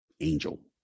angel